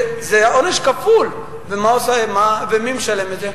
זה עונש כפול, ומי משלם את זה?